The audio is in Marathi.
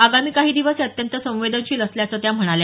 आगामी काही दिवस हे अत्यंत सवेदनशील असल्याच त्या म्हणाल्या